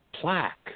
plaque